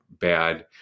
bad